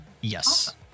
Yes